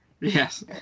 Yes